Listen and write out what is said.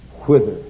whither